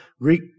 Greek